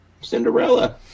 Cinderella